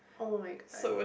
oh my god